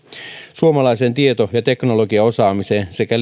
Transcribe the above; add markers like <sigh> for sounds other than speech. suomalaiseen tieto ja teknologiaosaamiseen sekä <unintelligible>